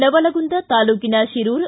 ನವಲಗುಂದ ತಾಲೂಕಿನ ಶಿರೂರ